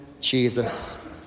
Jesus